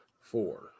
four